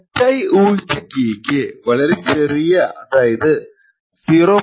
തെറ്റായി ഊഹിച്ച കീക്ക് വളരെ ചെറിയ അതായത് 0